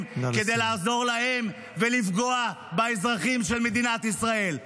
כדי לעזור ולפגוע באזרחים של מדינת ישראל.